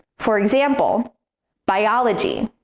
for example biology